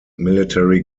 military